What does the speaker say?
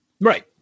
Right